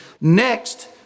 Next